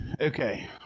Okay